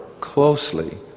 closely